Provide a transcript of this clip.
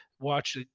watch